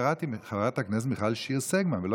קראתי: חברת הכנסת מיכל שיר סגמן ולא